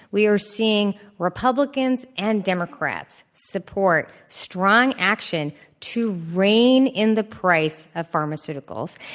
we are seeing republicans and democrats support strong action to reign in the price of pharmaceuticals.